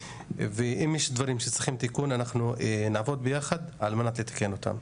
ואם יש דברים שצריכים תיקון אנחנו נעבוד ביחד על מנת לתקן אותם.